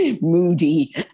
moody